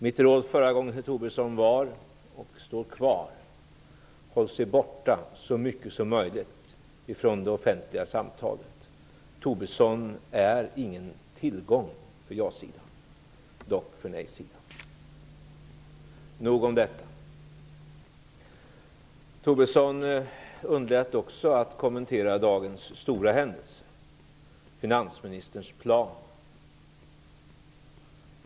Mitt råd förra gången till Tobisson var, och står kvar: Håll sig borta så mycket som möjligt ifrån det offentliga samtalet. Tobisson är inte någon tillgång för ja-sidan, dock för nej-sidan. Nog om detta. Lars Tobisson underlät också att kommentera dagens stora händelse, finansministerns plan.